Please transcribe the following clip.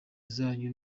zanyu